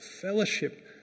fellowship